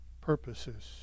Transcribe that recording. purposes